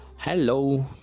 Hello